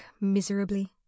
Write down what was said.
miserably